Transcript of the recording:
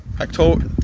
October